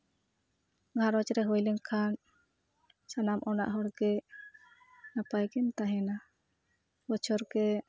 ᱜᱷᱟᱨᱚᱸᱡᱽ ᱨᱮ ᱦᱩᱭ ᱞᱮᱱᱠᱷᱟᱱ ᱥᱟᱱᱟᱢ ᱚᱲᱟ ᱦᱚᱲ ᱜᱮ ᱱᱟᱯᱟᱭ ᱜᱮᱢ ᱛᱟᱦᱮᱱᱟ ᱵᱚᱪᱷᱚᱨ ᱜᱮ